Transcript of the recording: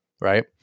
right